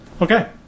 okay